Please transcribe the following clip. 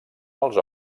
als